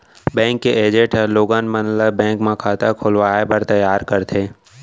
bank के agent ह लोगन मन ल बेंक म खाता खोलवाए बर तइयार करथे